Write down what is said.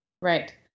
right